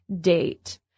date